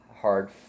hard